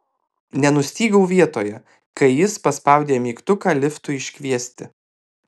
nenustygau vietoje kai jis paspaudė mygtuką liftui iškviesti